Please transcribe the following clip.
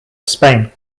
spain